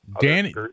Danny